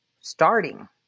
starting